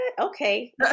Okay